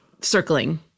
circling